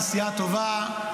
נסיעה טובה.